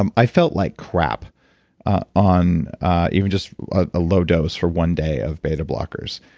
um i felt like crap on even just a low dose for one day of beta blockers.